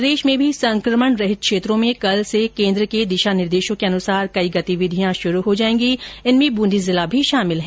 प्रदेश में भी संक्रमण रहित क्षेत्रों में कल से केन्द्र के दिशा निर्देशों के अनुसार कई गतिविधियां शुरू हो जाएगी इनमें बूंदी जिला भी शामिल है